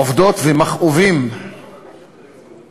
עובדות ומכאובים